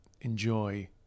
enjoy